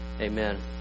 Amen